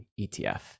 ETF